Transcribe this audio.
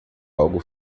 algo